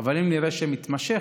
אבל אם נראה שמתמשך,